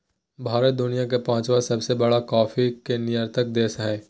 भारत दुनिया के पांचवां सबसे बड़ा कॉफ़ी के निर्यातक देश हइ